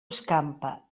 escampa